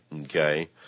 Okay